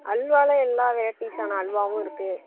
அல்வாவில் எல்லா வெரைட்டிஸான அல்வாவும் இருக்குது